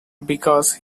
because